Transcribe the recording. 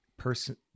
person